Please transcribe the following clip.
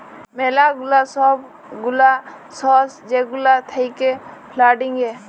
ম্যালা গুলা সব গুলা সর্স যেগুলা থাক্যে ফান্ডিং এ